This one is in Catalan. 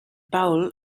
paul